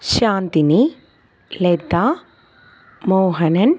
Shanthini Latha Mohanan